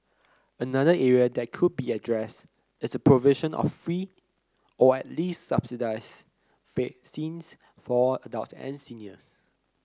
another area that could be addressed is the provision of free or at least subsidized vaccines for adults and seniors